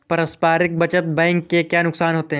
पारस्परिक बचत बैंक के क्या नुकसान होते हैं?